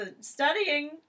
studying